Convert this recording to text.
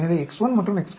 எனவே X1 மற்றும் X4